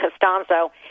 Costanzo